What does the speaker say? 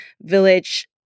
village